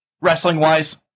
wrestling-wise